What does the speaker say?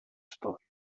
storie